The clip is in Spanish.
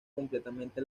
completamente